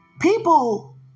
people